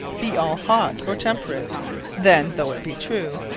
be all hot, or temperate then, though it be true,